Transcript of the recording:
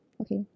Okay